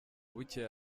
bukeye